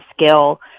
skill